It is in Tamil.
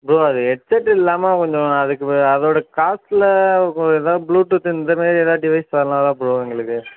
ப்ரோ அது ஹெட்செட் இல்லாமல் கொஞ்சம் அதுக்கு அதோட காஸ்ட்டில் கொஞ்சம் ஏதாவது ப்ளூடூத்து இந்த மாதிரி ஏதாவது டிவைஸ் தரலாம்ல ப்ரோ எங்களுக்கு